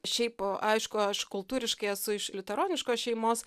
šiaip aišku aš kultūriškai esu iš liuteroniškos šeimos